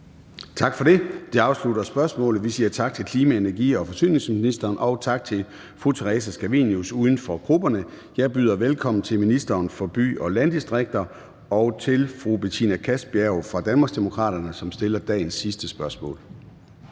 Tak for det. Det afslutter spørgsmålet. Vi siger tak til klima-, energi- og forsyningsministeren og tak til fru Theresa Scavenius, uden for grupperne. Jeg byder velkommen til ministeren for byer og landdistrikter og til fru Betina Kastbjerg fra Danmarksdemokraterne, som stiller dagens sidste spørgsmål.